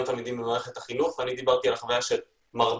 תלמידים במערכת החינוך ואני דיברתי על החוויה של מרביתם.